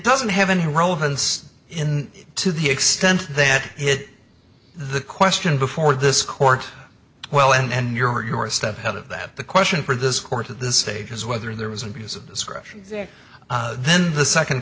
doesn't have any relevance in it to the extent that it the question before this court well and you're you're a step ahead of that the question for this court at this stage is whether there was an abuse of discretion there then the second